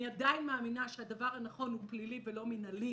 עדיין מאמינה שהדבר הנכון הוא פלילי ולא מנהלי.